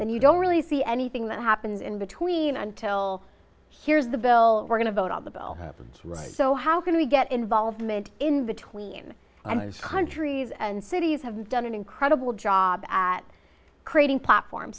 and you don't really see anything that happens in between until here's the bill we're going to vote on the bill of rights so how can we get involved made in between countries and cities have done an incredible job at creating platform